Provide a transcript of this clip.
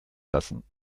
lassen